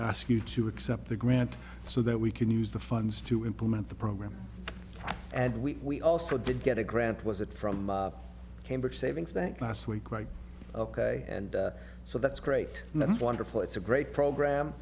ask you to accept the grant so that we can use the funds to implement the program and we also did get a grant was it from cambridge savings bank last week right ok and so that's great and wonderful it's a great program